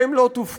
אתם לא תופקרו,